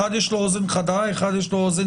לאחד יש אוזן חדה, לשני לא.